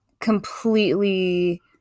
completely